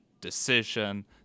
decision